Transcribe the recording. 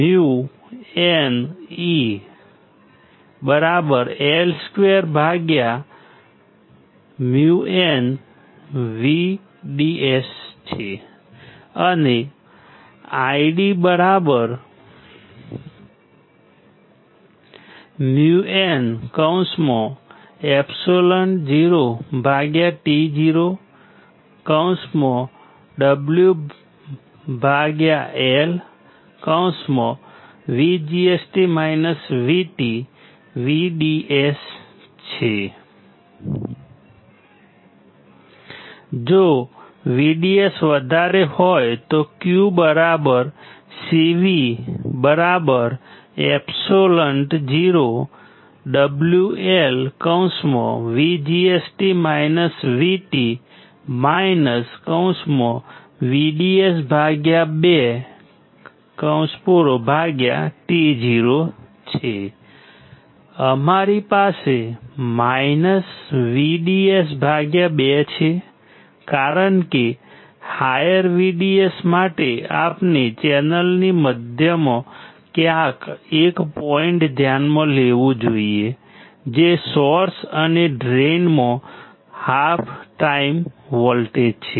t LV LµnE L2µnVDS અને IDµnεotoWLVDS જો VDS વધારે હોય તો Q CV εoWLVGS VT VDS2to અમારી પાસે -VDS2 છે કારણ કે હાયર VDS માટે આપણે ચેનલની મધ્યમાં ક્યાંક એક પોઇન્ટ ધ્યાનમાં લેવું જોઈએ જે સોર્સ અને ડ્રેઇનમાં હાલ્ફ ટાઇમ્સ વોલ્ટેજ છે